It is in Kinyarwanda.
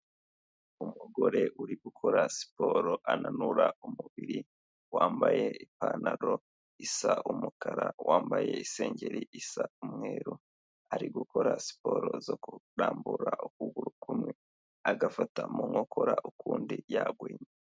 Umugore uri gukora siporo ananura umubiri, wambaye ipantaro isa umukara, wambaye isengeri isa umweru, ari gukora siporo zo kurambura ukuguru kumwe, agafata mu nkokora ukundi yaguhinnye.